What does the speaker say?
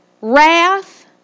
wrath